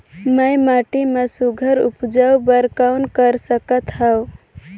मैं माटी मा सुघ्घर उपजाऊ बर कौन कर सकत हवो?